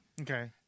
Okay